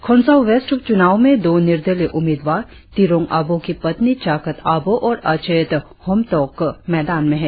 Khonsa west उप चुनाव में दो निर्दलीय उम्मीदवार तिरोंग आबोह की पत्नी चाकत आबोह और अजेंट हेमटोक मैदान में है